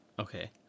Okay